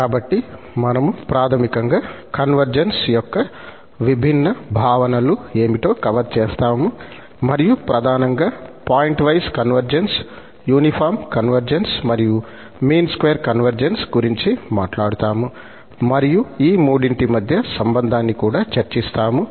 కాబట్టి మనము ప్రాథమికంగా కన్వర్జెన్స్ యొక్క విభిన్న భావనలు ఏమిటో కవర్ చేస్తాము మరియు ప్రధానంగా పాయింట్వైస్ కన్వర్జెన్స్ యూనిఫాం కన్వర్జెన్స్ మరియు మీన్ స్క్వేర్ కన్వర్జెన్స్ గురించి మాట్లాడుతాము మరియు ఈ మూడింటి మధ్య సంబంధాన్ని కూడా చర్చిస్తాము